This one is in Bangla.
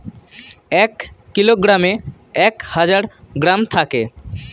এক কিলোগ্রামে এক হাজার গ্রাম থাকে